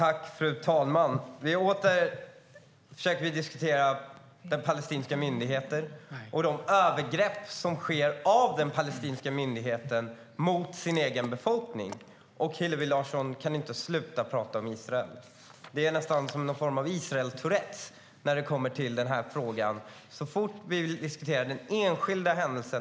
Fru talman! Åter försöker vi diskutera palestinska myndigheten och de övergrepp som sker av palestinska myndigheten mot den egna befolkningen. Men Hillevi Larsson kan inte sluta tala om Israel. Det är nästan som en form av Israeltourette när det kommer till denna fråga och vi ska diskutera den enskilda händelsen.